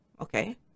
okay